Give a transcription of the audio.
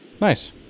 Nice